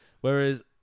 Whereas